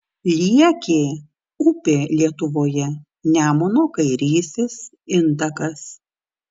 liekė upė lietuvoje nemuno kairysis intakas